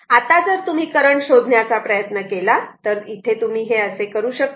आता जर तुम्ही करंट शोधण्याचा प्रयत्न केला तर इथे तुम्ही हे असे करू शकतात